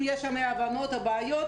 אם יש אי הבנות, בעיות